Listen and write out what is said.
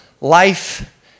life